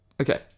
Okay